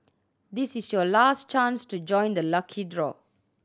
this is your last chance to join the lucky draw